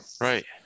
Right